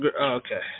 Okay